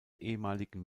ehemaligen